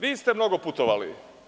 Vi niste mnogo putovali.